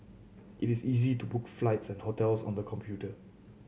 it is easy to book flights and hotels on the computer